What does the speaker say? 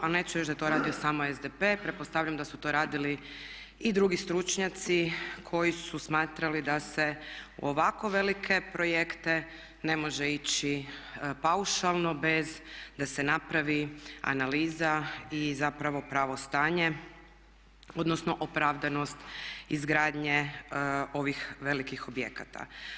Ali neću reći da je to radio samo SDP, pretpostavljam da su to radili i drugi stručnjaci koji su smatrali da se u ovako velike projekte ne može ići paušalno bez da se napravi analiza i zapravo pravo stanje odnosno opravdanost izgradnje ovih velikih objekata.